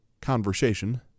conversation